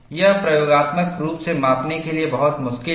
यह प्रयोगात्मक रूप से मापने के लिए बहुत मुश्किल है